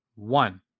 One